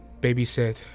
babysit